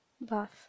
bath